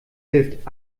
hilft